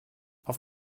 auf